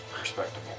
Respectable